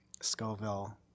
Scoville